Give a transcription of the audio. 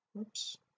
oops